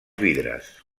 vidres